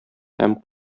һәм